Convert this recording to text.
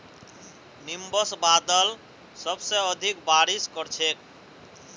nimbus बादल सबसे अधिक बारिश कर छेक